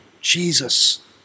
Jesus